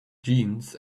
jeans